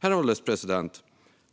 Herr ålderspresident!